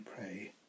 pray